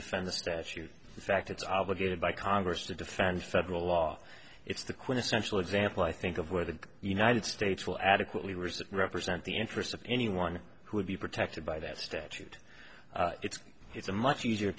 defend the statute the fact it's obligated by congress to defend federal law it's the quintessential example i think of where the united states will adequately reserve represent the interests of anyone who would be protected by that statute it's it's a much easier